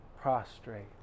prostrate